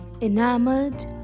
enamored